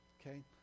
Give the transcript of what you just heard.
okay